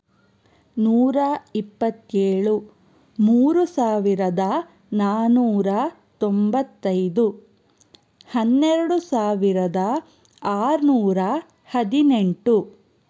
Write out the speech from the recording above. ನೂರ ಇಪ್ಪತ್ತೇಳು ಮೂರು ಸಾವಿರದ ನಾನ್ನೂರ ತೊಂಬತ್ತೈದು ಹನ್ನೆರಡು ಸಾವಿರದ ಆರುನೂರ ಹದಿನೆಂಟು